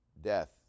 death